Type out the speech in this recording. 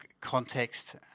context